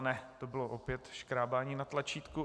Ne, to bylo opět škrábání na tlačítku.